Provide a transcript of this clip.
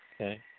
Okay